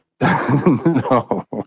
No